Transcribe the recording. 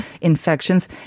infections